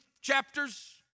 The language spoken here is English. chapters